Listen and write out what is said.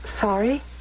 Sorry